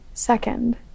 second